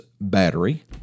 battery